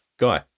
Guy